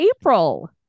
april